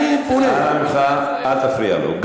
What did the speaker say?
אנא ממך, אל תפריע לו.